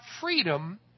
freedom